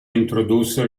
introdusse